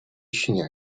śnieg